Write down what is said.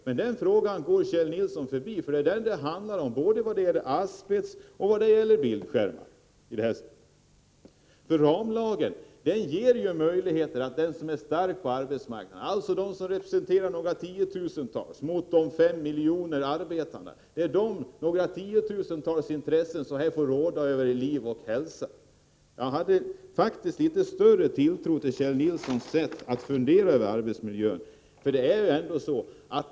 Det är den frågan det handlar om när det gäller både asbest och bildskärmar, men den frågan går Kjell Nilsson förbi. Ramlagen ger ju möjligheter för den som är stark på arbetsmarknaden, den som representerar några tiotusental människor mot de 5 miljoner arbetarna, att här få råda över liv och hälsa. Jag hade faktiskt litet större tilltro till Kjell Nilssons sätt att fundera över arbetsmiljön.